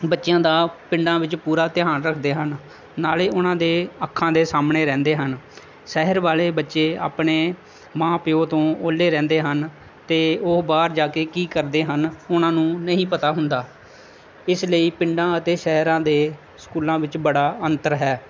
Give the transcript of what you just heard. ਬੱਚਿਆਂ ਦਾ ਪਿੰਡਾਂ ਵਿੱਚ ਪੂਰਾ ਧਿਆਨ ਰੱਖਦੇ ਹਨ ਨਾਲੇ ਉਹਨਾਂ ਦੇ ਅੱਖਾਂ ਦੇ ਸਾਹਮਣੇ ਰਹਿੰਦੇ ਹਨ ਸ਼ਹਿਰ ਵਾਲੇ ਬੱਚੇ ਆਪਣੇ ਮਾਂ ਪਿਓ ਤੋਂ ਓਹਲੇ ਰਹਿੰਦੇ ਹਨ ਅਤੇ ਉਹ ਬਾਹਰ ਜਾ ਕੇ ਕੀ ਕਰਦੇ ਹਨ ਉਹਨਾਂ ਨੂੰ ਨਹੀਂ ਪਤਾ ਹੁੰਦਾ ਇਸ ਲਈ ਪਿੰਡਾਂ ਅਤੇ ਸ਼ਹਿਰਾਂ ਦੇ ਸਕੂਲਾਂ ਵਿੱਚ ਬੜਾ ਅੰਤਰ ਹੈ